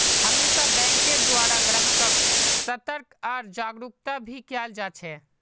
हमेशा बैंकेर द्वारा ग्राहक्क सतर्क आर जागरूक भी कियाल जा छे